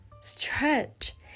stretch